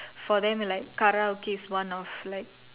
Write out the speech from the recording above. for them like Karaoke is one of like